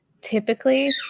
typically